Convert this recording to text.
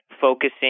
focusing